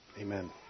amen